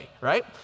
right